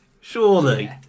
Surely